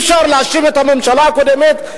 אי-אפשר להאשים את הממשלה הקודמת,